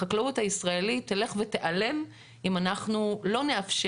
החקלאות הישראלית תלך ותיעלם אם אנחנו לא נפתח